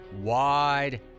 Wide